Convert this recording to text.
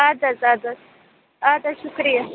اَدٕ حظ اَدٕ حظ اَدٕ حظ شُکریہ